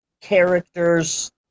characters